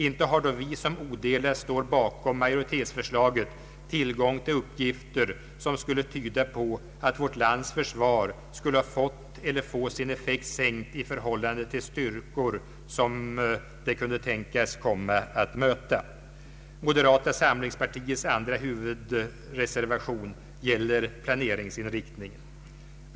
Inte har då vi som odelat står bakom majoritetsförslaget tillgång till uppgifter vilka skulle tyda på att vårt lands försvar har fått eller får sin effekt sänkt i förhållande till styrkor som det kunde tänkas komma att möta. Moderata samlingspartiets andra huvudreservation gäller planeringsinriktningen.